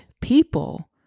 people